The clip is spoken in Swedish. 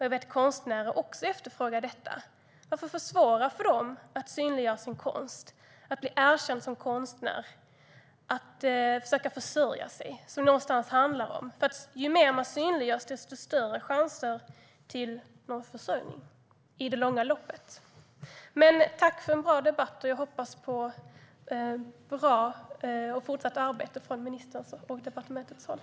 Jag vet att konstnärer också efterfrågar detta. Varför försvåra för dem att synliggöra sin konst, bli erkända som konstnärer och försöka försörja sig? Det är det som det handlar om. Ju mer man synliggörs desto större chanser har man till försörjning i det långa loppet. Tack för en bra debatt! Jag hoppas på fortsatt och bra arbete från ministerns och departementets håll.